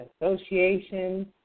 associations